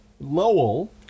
Lowell